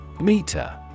Meter